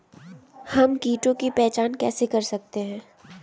हम कीटों की पहचान कैसे कर सकते हैं?